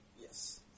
Yes